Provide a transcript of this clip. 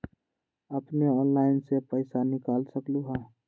अपने ऑनलाइन से पईसा निकाल सकलहु ह?